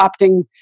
opting